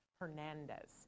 Hernandez